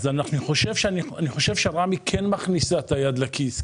אני חושב שרמ"י כן מכניסה את היד לכיס.